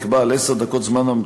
ונקבע על עשר דקות בממוצע.